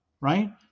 right